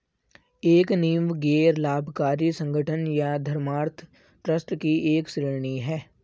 एक नींव गैर लाभकारी संगठन या धर्मार्थ ट्रस्ट की एक श्रेणी हैं